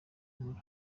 nkuru